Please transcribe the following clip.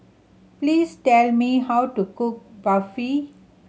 please tell me how to cook Barfi